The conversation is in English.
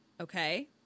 Okay